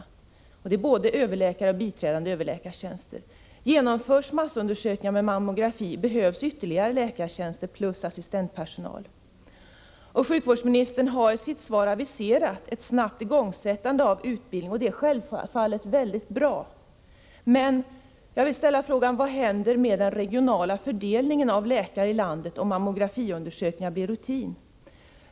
Det gäller både tjänster som överläkare och tjänster som biträdande överläkare. Genomförs massundersökningar med mammografi behövs ytterligare läkartjänster plus tjänster för assistentpersonal. Sjukvårdsministern har i sitt svar aviserat ett snabbt igångsättande av utbildning, och det är självfallet väldigt bra. Men jag vill ställa frågan: Vad händer med den regionala fördelningen av läkare i landet, om mammografiundersökningar blir rutin.